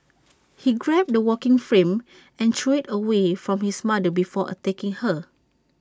he grabbed the walking frame and threw IT away from his mother before attacking her